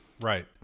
Right